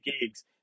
gigs